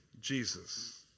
Jesus